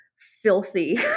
filthy